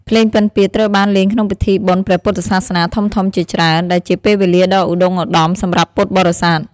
ភ្លេងពិណពាទ្យត្រូវបានលេងក្នុងពិធីបុណ្យព្រះពុទ្ធសាសនាធំៗជាច្រើន ដែលជាពេលវេលាដ៏ឧត្តុង្គឧត្តមសម្រាប់ពុទ្ធបរិស័ទ។